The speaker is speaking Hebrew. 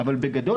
אבל בגדול,